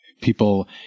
people